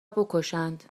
بکشند